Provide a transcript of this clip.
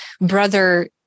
brother